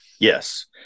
Yes